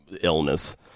illness